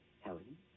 Helen